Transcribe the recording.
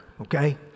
okay